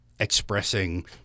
expressing